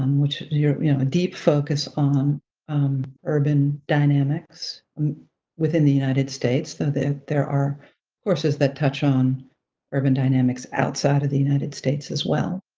um which, you you know, a deep focus on urban dynamics within the united states, so there are courses that touch on urban dynamics outside of the united states as well.